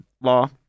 law